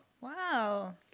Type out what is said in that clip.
Wow